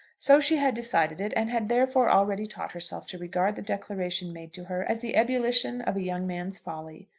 so she had decided it, and had therefore already taught herself to regard the declaration made to her as the ebullition of a young man's folly.